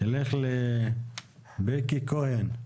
נלך לבקי כהן.